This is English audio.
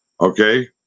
Okay